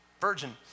Virgin